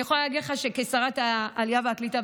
אני יכולה להגיד לך שכשרת העלייה והקליטה,